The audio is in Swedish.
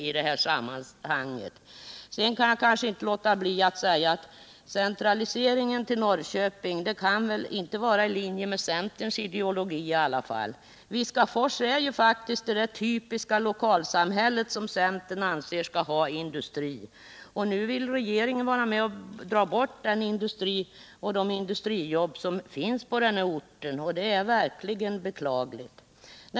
Jag kan inte låta bli att säga att centraliseringen till Norrköping väl i alla fall inte kan ligga i linje med centerns ideologi. Viskafors är faktiskt ett typiskt sådant lokalsamhälle som centern anser skall ha industri, och nu vill regeringen vara med och ta bort de industrijobb som finns på den orten. Det är verkligen beklagligt.